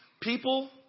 people